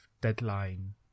deadline